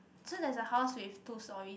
so there's a house with two storeys